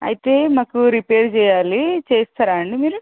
అయితే మాకు రిపేర్ చేయాలి చేస్తారా అండి మీరు